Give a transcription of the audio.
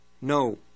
no